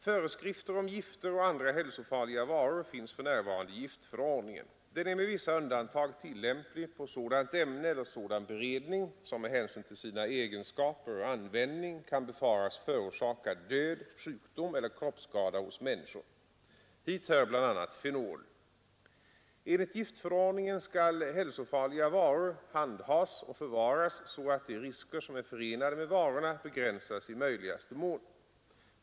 Föreskrifter om gifter och andra hälsofarliga varor finns för närvarande i giftförordningen. Den är med vissa undantag tillämplig på sådant ämne eller sådan beredning som med hänsyn till sina egenskaper och sin användning kan befaras förorsaka död, sjukdom eller kroppsskada hos människor. Hit hör bl.a. fenol. Enligt giftförordningen skall hälsofarliga varor handhas och förvaras så att de risker som är förenade med varorna begränsas i möjligaste mån.